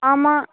ஆமாம்